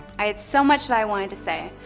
i had so much that i wanted to say,